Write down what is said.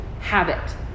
habit